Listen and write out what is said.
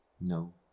no